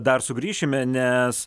dar sugrįšime nes